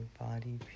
body